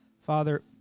Father